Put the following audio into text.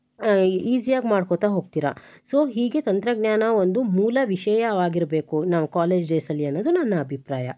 ಈಸ್ಯಾಗಿ ಮಾಡ್ಕೊಳ್ತಾ ಹೋಗ್ತೀರ ಸೋ ಹೀಗೆ ತಂತ್ರಜ್ಞಾನ ಒಂದು ಮೂಲ ವಿಷಯವಾಗಿರಬೇಕು ನವ್ ಕಾಲೇಜ್ ಡೇಸಲ್ಲಿ ಅನ್ನೋದು ನನ್ನ ಅಭಿಪ್ರಾಯ